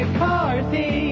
McCarthy